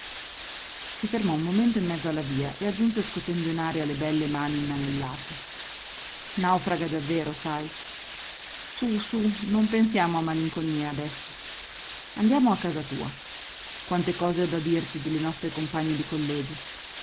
si fermò un momento in mezzo alla via e aggiunse scotendo in aria le belle mani inanellate naufraga davvero sai su su non pensiamo a malinconie adesso andiamo a casa tua quante cose ho da dirti delle nostre compagne di collegio